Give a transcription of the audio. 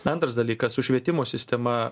na antras dalykas su švietimo sistema